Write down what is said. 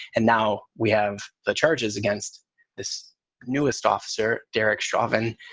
and now we have the charges against this newest officer, derrick schavan,